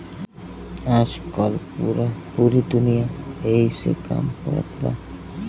आजकल पूरी दुनिया ऐही से काम कारत बा